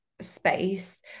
space